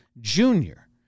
Junior